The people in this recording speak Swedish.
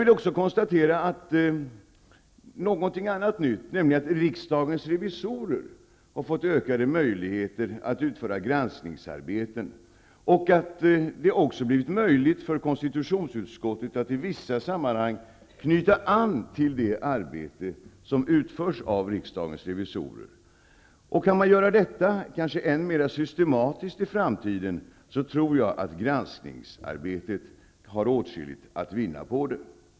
Sedan vill jag peka på någonting annat som är nytt, nämligen att riksdagens revisorer har fått ökade möjligheter att utföra granskningsarbeten. Det har också blivit möjligt för konstitutionsutskottet att i vissa sammanhang knyta an till det arbete som utförs av riksdagens revisorer. Om detta kan göras än mera systematiskt i framtiden tror jag att granskningsarbetet har åtskilligt att vinna på det.